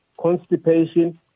constipation